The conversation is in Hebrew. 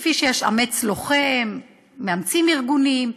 כפי שיש "אמץ לוחם", מאמצים ארגונים,